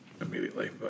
immediately